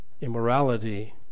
immorality